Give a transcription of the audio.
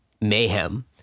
mayhem